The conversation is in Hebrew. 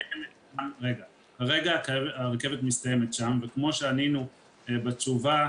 כרגע הרכבת מסתיימת שם וכמו שענינו בתשובה,